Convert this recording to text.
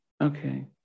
Okay